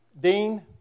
Dean